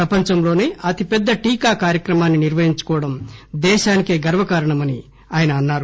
ప్రపంచంలోసే అతిపెద్ద టీకా కార్యక్రమాన్ని నిర్వహించుకోవడం దేశానికే గర్వకారణమని ఆయన అన్నారు